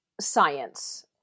science